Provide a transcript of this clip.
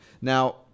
Now